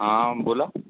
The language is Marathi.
हा बोला